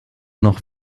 noch